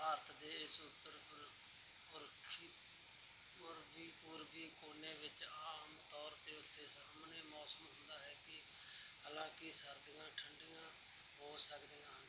ਭਾਰਤ ਦੇ ਇਸ ਉੱਤਰ ਪੂਰਬੀ ਕੋਨੇ ਵਿੱਚ ਆਮ ਤੌਰ ਦੇ ਉੱਤੇ ਸੁਹਾਵਣੇ ਮੌਸਮ ਹੁੰਦਾ ਹੈ ਹਾਲਾਂਕਿ ਸਰਦੀਆਂ ਠੰਢੀਆਂ ਹੋ ਸਕਦੀਆਂ ਹਨ